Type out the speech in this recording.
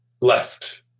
left